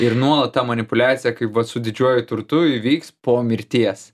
ir nuolat ta manipuliacija kaip vat su didžiuoju turtu įvyks po mirties